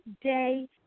day